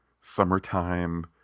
summertime